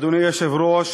אדוני היושב-ראש,